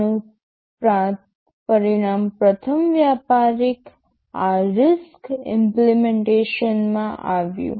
આનું પરિણામ પ્રથમ વ્યાપારી RISC ઇમ્પ્લિમેનટેશનમાં આવ્યું